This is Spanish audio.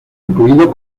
incluido